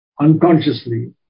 unconsciously